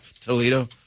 Toledo